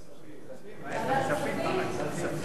כספים, כספים.